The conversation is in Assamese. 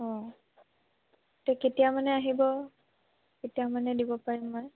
অঁ তে কেতিয়া মানে আহিব কেতিয়া মানে নিব পাৰিম মই